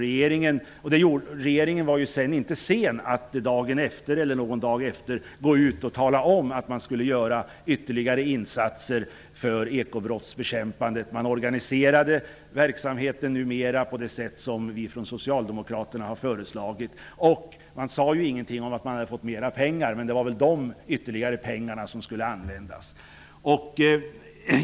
Regeringen var sedan inte sen att någon dag efter tala om att ytterligare insatser skulle göras för ekobrottsbekämpandet. Verksamheten organiserades på det sätt som vi socialdemokrater föreslagit. Visserligen sades det ingenting om att mer pengar tillkommit. Men det var väl dessa ytterligare pengar som skulle användas.